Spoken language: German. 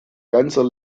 ganzer